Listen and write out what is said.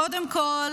קודם כול